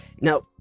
Now